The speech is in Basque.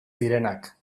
zirenak